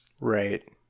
Right